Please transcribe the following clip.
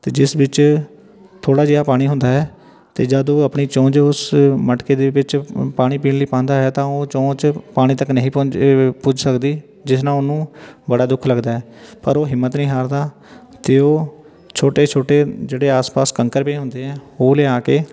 ਅਤੇ ਜਿਸ ਵਿੱਚ ਥੋੜ੍ਹਾ ਜਿਹਾ ਪਾਣੀ ਹੁੰਦਾ ਹੈ ਅਤੇ ਜਦ ਉਹ ਆਪਣੀ ਚੁੰਝ ਉਸ ਮਟਕੇ ਦੇ ਵਿੱਚ ਪਾਣੀ ਪੀਣ ਲਈ ਪਾਂਦਾ ਹੈ ਤਾਂ ਉਹ ਚੁੰਝ ਪਾਣੀ ਤੱਕ ਨਹੀਂ ਪੋਚ ਪੁੱਜ ਸਕਦੀ ਜਿਸ ਨਾਲ ਉਹਨੂੰ ਬੜਾ ਦੁੱਖ ਲੱਗਦਾ ਹੈ ਪਰ ਉਹ ਹਿੰਮਤ ਨਹੀਂ ਹਾਰਦਾ ਅਤੇ ਉਹ ਛੋਟੇ ਛੋਟੇ ਜਿਹੜੇ ਆਸ ਪਾਸ ਕੰਕਰ ਪਏ ਹੁੰਦੇ ਹੈ ਉਹ ਲਿਆ ਕੇ